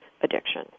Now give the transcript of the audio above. addiction